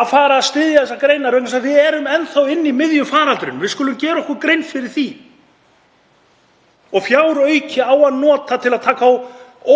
að fara að styðja þessar greinar vegna þess að við erum enn þá í miðjum faraldri, við skulum gera okkur grein fyrir því. Fjáraukann á að nota til að taka á